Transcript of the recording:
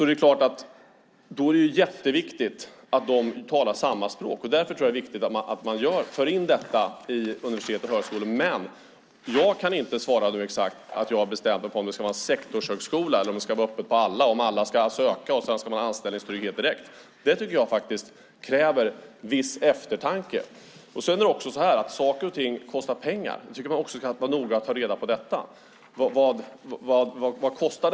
Det är klart att det är mycket viktigt att de talar samma språk. Därför tror jag att det är viktigt att detta förs in på universitet och högskolor. Jag kan dock inte nu exakt säga att jag har bestämt mig för om det ska vara en sektorshögskola eller om det ska vara öppet för alla att söka och man sedan direkt ska ha anställningstrygghet. Det tycker jag kräver viss eftertanke. Dessutom kostar saker och ting pengar. Jag tycker att man ska vara noga med att ta reda på vad det kostar.